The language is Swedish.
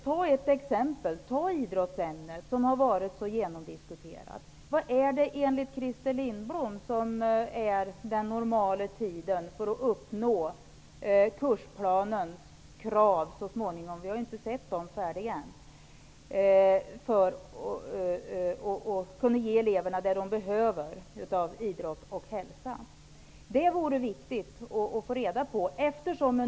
Jag skall ta idrottsämnet som exempel. Det har diskuterats mycket. Vad är, enligt Christer Lindblom, normal tid för att uppnå målen med kursplanen -- det är ännu inte klart vilka målen är -- och för att ge eleverna den idrott och hälsa som de behöver? Det är viktigt att få reda på detta.